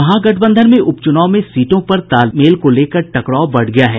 महागठबंधन में उपचूनाव में सीटों पर तालमेल को लेकर टकराव बढ़ गया है